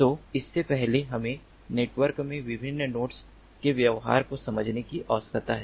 तो इससे पहले हमें नेटवर्क में विभिन्न नोड्स के व्यवहार को समझने की आवश्यकता है